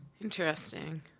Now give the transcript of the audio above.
Interesting